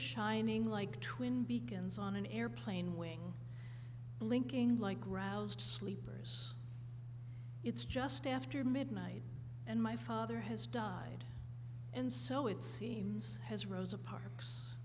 shining like twin beacons on an airplane wing blinking like groused sleepers it's just after midnight and my father has died and so it seems has rosa parks